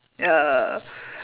yeah